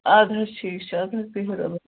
اَدٕ حظ ٹھیٖک چھُ اَدٕ حظ بِہِو رۅبس حَوال